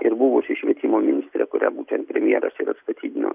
ir buvusi švietimo ministrė kuria būtent premjeras ir atstatydino